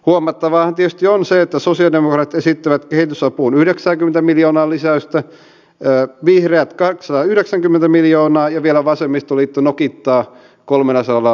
yksi ongelma on se että meidän hyvät ideat eivät muutu tuotteiksi ja toisaalta emme osaa markkinoida ja myydä näitä tuotteitamme